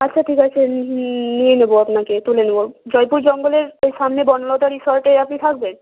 আচ্ছা ঠিক আছে নিয়ে নেব আপনাকে তুলে নেব জয়পুর জঙ্গলের ওই সামনে বনলতা রিসর্টে আপনি থাকবেন